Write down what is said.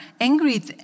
angry